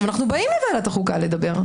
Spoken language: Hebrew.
אנחנו באים לוועדת החוקה לדבר.